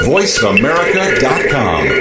VoiceAmerica.com